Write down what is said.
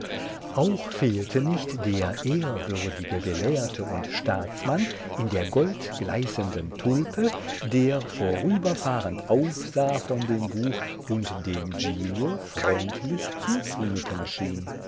auch fehlte nicht der ehrwürdige gelehrte und staatsmann in der goldgleißenden tulpe der vorüberfahrend aufsah von dem buch und dem giglio freundlich zuzunicken schien